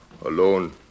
alone